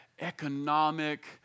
economic